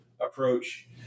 approach